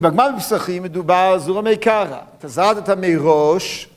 בגמרא פסחים מדובר על זרוע מעיקרא, אתה זרעת מראש